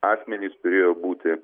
asmenys turėjo būti